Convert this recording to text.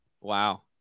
Wow